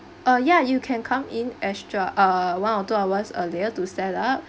uh ya you can come in extra uh one or two hours earlier to set up